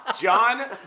John